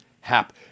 Hap